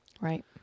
Right